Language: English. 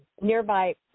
nearby